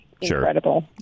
incredible